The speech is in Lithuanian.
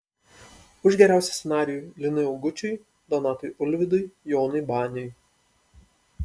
už geriausią scenarijų linui augučiui donatui ulvydui jonui baniui